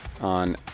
on